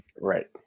Right